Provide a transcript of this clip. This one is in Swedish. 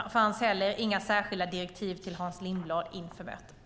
Det fanns inga särskilda direktiv till Hans Lindblad inför mötet.